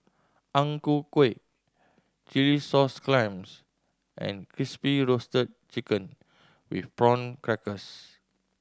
Ang Ku Kueh chilli sauce clams and Crispy Roasted Chicken with Prawn Crackers